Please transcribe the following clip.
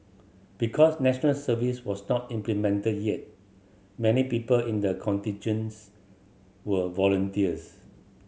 because National Service was not implemented yet many people in the contingents were volunteers